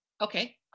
Okay